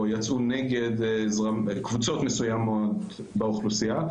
או יצאו נגד קבוצות מסוימות באוכלוסייה,